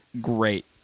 great